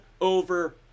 over